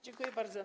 Dziękuję bardzo.